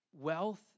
wealth